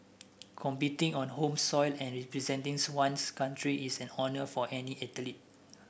competing on home soil and representing one's country is an honour for any athlete